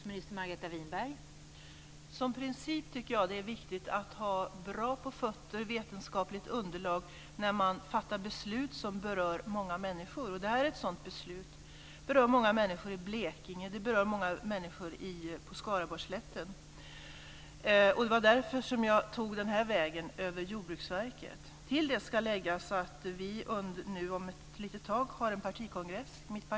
Fru talman! Som princip tycker jag att det är viktigt att ha bra på fötterna i fråga om vetenskapligt underlag när man fattar beslut som berör många människor. Och detta är ett sådant beslut. Det berör många människor i Blekinge och på Skaraborgsslätten. Det var därför som jag gick denna väg via Jordbruksverket. Till det ska läggas att mitt parti snart har en partikongress.